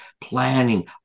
planning